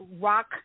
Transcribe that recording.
rock